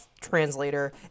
Translator